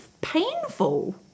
painful